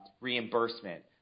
reimbursement